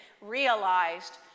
realized